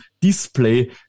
display